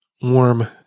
warm